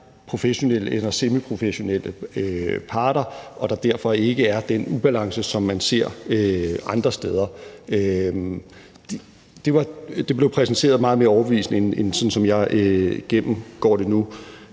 professionelle eller semiprofessionelle parter og der derfor ikke er den ubalance, som man ser andre steder. Det blev præsenteret meget mere overbevisende end den måde, jeg gennemgår det på